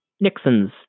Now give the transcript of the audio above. Nixon's